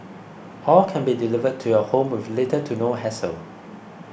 all can be delivered to your home with little to no hassle